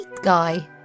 guy